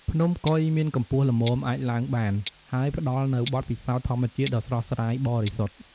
ភ្នំកុយ មានកម្ពស់ល្មមអាចឡើងបាន ហើយផ្តល់នូវបទពិសោធន៍ធម្មជាតិដ៏ស្រស់ស្រាយបរិសុទ្ធ។